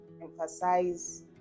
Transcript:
emphasize